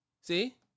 See